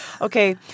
Okay